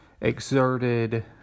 exerted